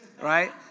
right